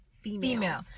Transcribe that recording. female